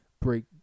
break